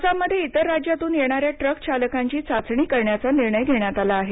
आसाम मध्ये इतर राज्यातून येणाऱ्या ट्रक चालकांची चाचणी करण्याचा निर्णय घेण्यात आला आहे